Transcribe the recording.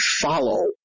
follow